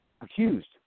Accused